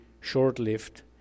short-lived